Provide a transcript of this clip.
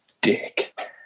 dick